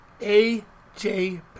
AJ